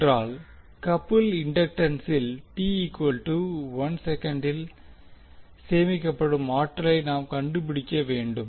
என்றால் கப்புள் இண்டக்டன்சில் இல் சேமிக்கப்படும் ஆற்றலை நாம் கண்டுபிடிக்க வேண்டும்